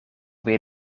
weer